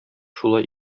шулай